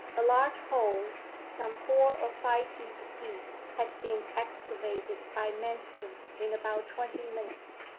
a large hole some four or five feet deep had been excavated by manston in about twenty minutes.